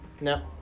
no